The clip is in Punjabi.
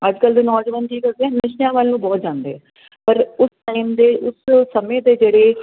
ਅੱਜਕੱਲ ਦੇ ਨੌਜਵਾਨ ਕੀ ਕਰਦੇ ਨਸ਼ਿਆਂ ਵੱਲ ਨੂੰ ਬਹੁਤ ਜਾਂਦੇ ਪਰ ਉਸ ਟਾਈਮ ਦੇ ਉਸ ਸਮੇਂ ਦੇ ਜਿਹੜੇ